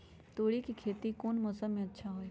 तोड़ी के खेती कौन मौसम में अच्छा होई?